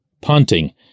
punting